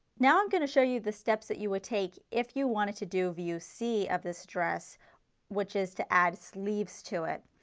now i am going to show the steps that you will take if you wanted to do view c of this dress which is to add sleeves to it.